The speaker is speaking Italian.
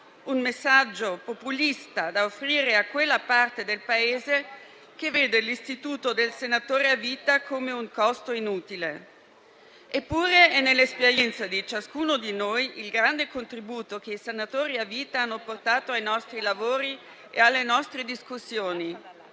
un messaggio populista da offrire a quella parte del Paese che vede l'istituto del senatore a vita come un costo inutile. Eppure è nell'esperienza di ciascuno di noi il grande contributo che i senatori a vita hanno portato ai nostri lavori e alle nostre discussioni.